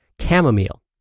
chamomile